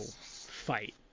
fight